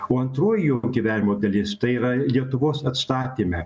o antroji gyvenimo dalis tai yra lietuvos atstatyme